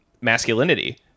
masculinity